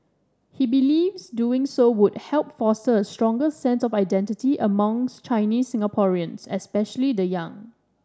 he believes doing so would help foster a stronger sense of identity among Chinese Singaporeans especially the young